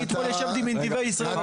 אני אתמול ישבתי עם נתיבי ישראל.